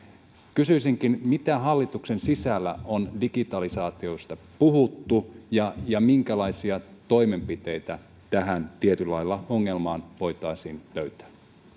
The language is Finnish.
kysyisinkin mitä hallituksen sisällä on digitalisaatiosta puhuttu ja ja minkälaisia toimenpiteitä tähän tietyllä lailla ongelmaan voitaisiin löytää